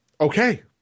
Okay